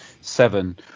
Seven